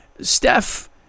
Steph